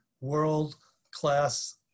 world-class